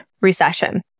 recession